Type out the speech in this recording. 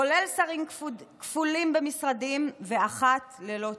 כולל שרים כפולים במשרדים ואחת ללא תיק.